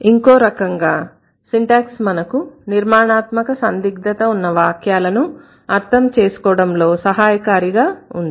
ఇంకో రకంగా సింటాక్స్ మనకు నిర్మాణాత్మక సందిగ్ధత ఉన్న వాక్యాలను అర్థం చేసుకోవడంలో సహాయకారిగా ఉంది